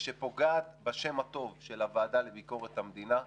ושפוגעת בשם הטוב של הוועדה לביקורת המדינה,